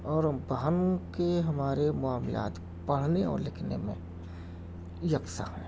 اور بہن کے ہمارے معاملات پڑھنے اور لکھنے میں یکساں ہیں